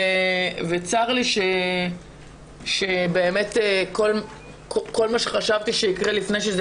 וצר לי שבאמת כל מה שחשבתי שיקרה לפני שזה